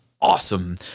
awesome